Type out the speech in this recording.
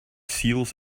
seals